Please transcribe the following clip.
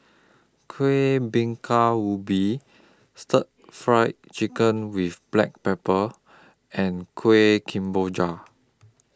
Kuih Bingka Ubi Stir Fried Chicken with Black Pepper and Kueh Kemboja